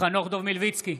חנוך דב מלביצקי,